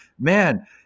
man